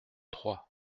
trois